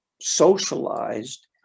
socialized